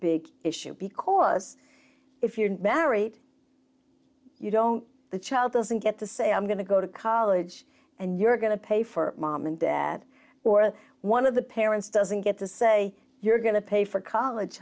big issue because if you're married you don't the child doesn't get to say i'm going to go to college and you're going to pay for mom and dad or one of the parents doesn't get to say you're going to pay for college